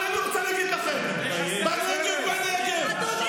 אבל אני רוצה להגיד לכם, בנגב, בנגב,